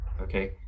okay